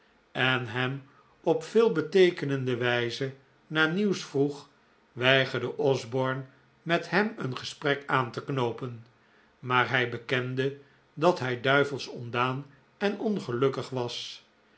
en hem op veelbeteekenende wijze naar nieuws vroeg weigerde osborne met hem een gesprek aan te knoopen maar hij bekende dat hij duivels ontdaan en ongelukkig was